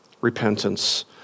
repentance